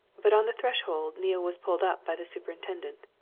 but on the threshold neale was pulled up by the superintendent.